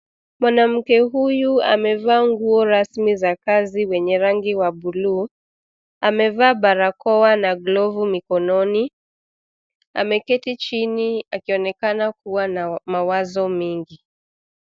Mwanamke huyu amevaa nguo rasmi za kazi zenye rangi wa bluu. Amevaa barakowa na glovu mikononi, ameketi chini akionekana kuwa na mawazo mingi.